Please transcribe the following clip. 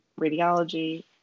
radiology